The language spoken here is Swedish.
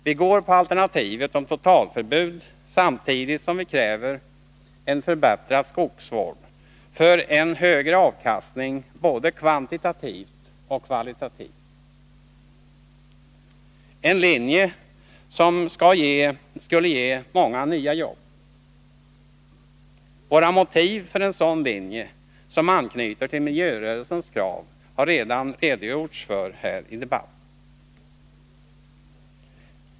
Vi ansluter oss till alternativet om totalförbud samtidigt som vi kräver en förbättrad skogsvård för en högre avkastning både kvantitativt och kvalitativt — en linje som skulle ge många nya jobb. Våra motiv för en sådan linje, som anknyter till miljörörelsens krav, har det redan redogjorts för i den här debatten.